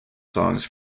songs